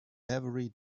every